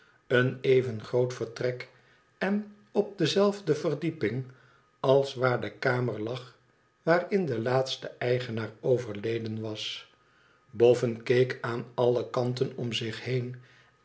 een even groot vertrek en op dezelfde verdieping als waar de kamer lag waarin de laatste eigenaar overleden was boffin keek aan alle kanten om zich heen